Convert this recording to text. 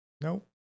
nope